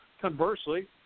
Conversely